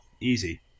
Easy